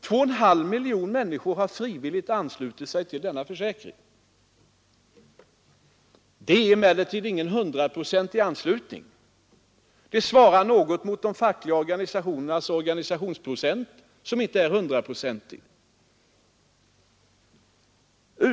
2,5 miljoner människor har frivilligt anslutit sig till denna försäkring. Det är emellertid ingen hundraprocentig anslutning. Den svarar mot anslutningen inom de fackliga organisationerna, som inte heller är hundraprocentig.